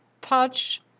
touch